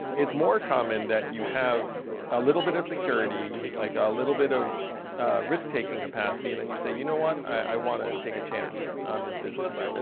it's more common that you have a little bit of security, like a little bit of risk taking capacity, and then you say, you know what, i want to take a chance on this business. and